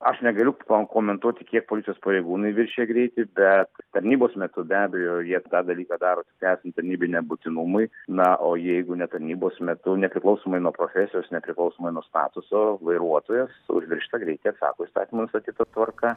aš negaliu pakomentuoti kiek valdžios pareigūnai viršija greitį bet tarnybos metu be abejo jie tą dalyką daro tiktai esant tarnybiniam būtinumui na o jeigu ne tarnybos metu nepriklausomai nuo profesijos nepriklausomai nuo statuso vairuotojas už viršytą greitį atsako įstatymų nustatyta tvarka